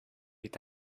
est